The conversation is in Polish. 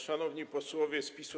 Szanowni Posłowie z PiS-u!